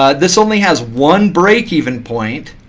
ah this only has one break even point.